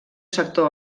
sector